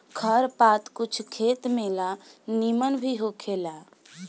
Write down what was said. खर पात कुछ खेत में ला निमन भी होखेला